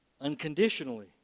Unconditionally